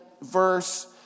verse